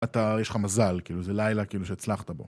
אתה יש לך מזל, זה לילה כאילו שהצלחת בו.